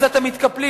אז אתם מתקפלים,